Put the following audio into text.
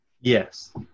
Yes